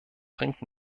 bringt